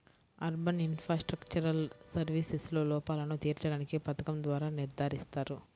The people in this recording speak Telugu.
అర్బన్ ఇన్ఫ్రాస్ట్రక్చరల్ సర్వీసెస్లో లోపాలను తీర్చడానికి పథకం ద్వారా నిర్ధారిస్తారు